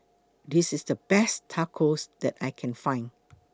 This IS The Best Tacos that I Can Find